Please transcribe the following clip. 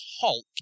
Hulk